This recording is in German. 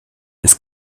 ist